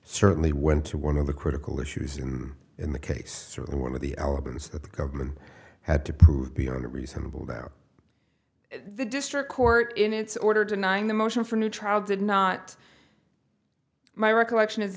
certainly went to one of the critical issues in in the case of one of the elements that the government had to prove beyond a reasonable doubt the district court in its order denying the motion for new trial did not my recollection